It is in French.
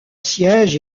siège